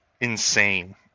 insane